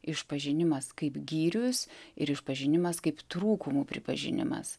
išpažinimas kaip gyrius ir išpažinimas kaip trūkumų pripažinimas